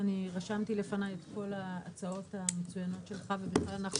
אני רשמתי לפניי את כל ההצעות המצוינות שלך ואנחנו